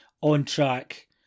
on-track